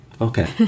okay